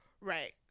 right